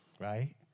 Right